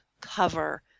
cover